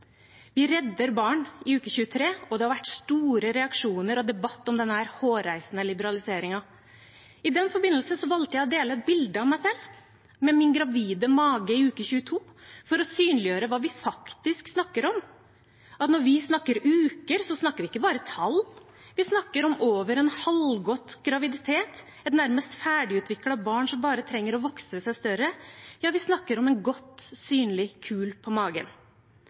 Vi redder barn i uke 23, og det har vært store reaksjoner og debatt om denne hårreisende liberaliseringen. I den forbindelse valgte jeg å dele et bilde av meg selv med min gravide mage i uke 22, for å synliggjøre hva vi faktisk snakker om, at når vi snakker om uker, så snakker vi ikke bare om tall, vi snakker om over en halvgått graviditet, et nærmest ferdigutviklet barn som bare trenger å vokse seg større – ja, vi snakker om en godt synlig kul på magen.